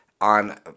on